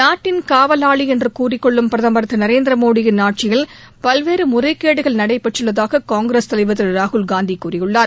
நாட்டின் காவலாளி என்று கூறிக்கொள்ளும் பிரதமர் திரு நரேந்திர மோடியின் ஆட்சியில் பல்வேறு முறைகேடுகள் நடைபெற்றுள்ளதாக காங்கிரஸ் தலைவர் திரு ராகுல்காந்தி கூறியுள்ளார்